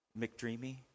McDreamy